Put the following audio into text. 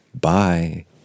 Bye